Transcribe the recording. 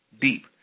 deep